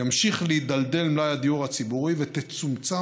ימשיך להידלדל מלאי הדיור הציבורי ותצומצם